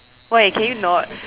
wait can you not